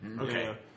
Okay